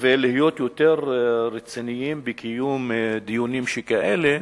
ולהיות יותר רציניים בקיום דיונים שכאלה,